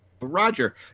Roger